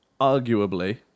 Arguably